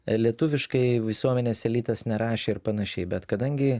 lietuviškai visuomenės elitas nerašė ir panašiai bet kadangi